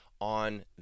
on